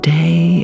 day